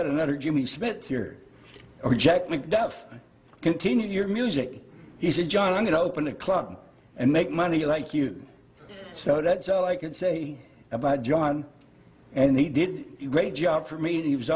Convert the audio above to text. got another jimmy smith here or jack mcduff continue your music he said john i'm going to open a club and make money like you so that's all i can say about john and he did a great job for me he was